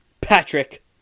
Patrick